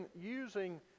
using